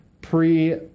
pre